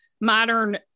modern